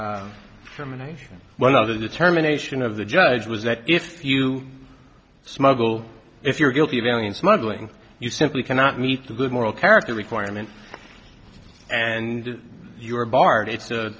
from a nation well the determination of the judge was that if you smuggle if you're guilty of alien smuggling you simply cannot meet the good moral character requirements and you are barred it's